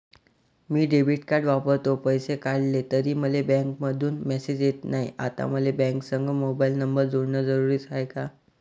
मी debit card वापरतो, पैसे काढले तरी मले बँकेमंधून मेसेज येत नाय, आता मले बँकेसंग मोबाईल नंबर जोडन जरुरीच हाय का?